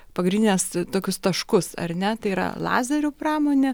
pagrindines tokius taškus ar ne tai yra lazerių pramonė